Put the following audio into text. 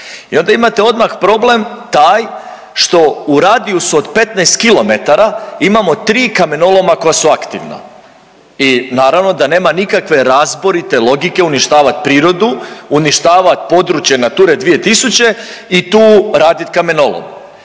I onda imate odmah problem taj što u radijusu od 15 kilometara imamo 3 kamenoloma koja su aktivna. I naravno da nema nikakve razborite logike uništavat prirodu, uništava područje Nature 2000 i tu raditi kamenolom.